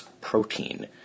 Protein